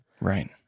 Right